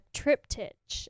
triptych